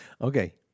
Okay